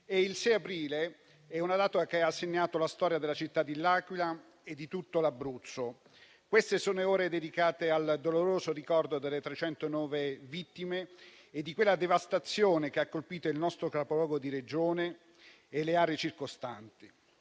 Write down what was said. del 6 aprile ha infatti segnato la storia della città di L'Aquila e di tutto l'Abruzzo. Queste sono le ore dedicate al doloroso ricordo delle 309 vittime e di quella devastazione che ha colpito il nostro capoluogo di Regione e le aree circostanti,